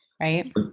Right